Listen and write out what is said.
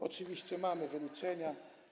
Oczywiście mamy wyliczenia.